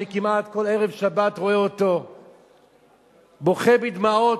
כמעט כל ערב שבת אני רואה בוכה בדמעות.